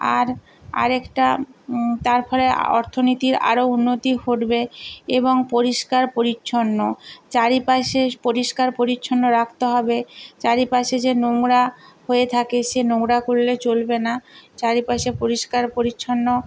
আর আরেকটা তার ফলে অর্থনীতির আরও উন্নতি ঘটবে এবং পরিষ্কার পরিচ্ছন্ন চারিপাশে পরিষ্কার পরিচ্ছন্ন রাখতে হবে চারিপাশে যে নোংরা হয়ে থাকে সে নোংরা করলে চলবে না চারিপাশে পরিষ্কার পরিচ্ছন্ন